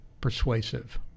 persuasive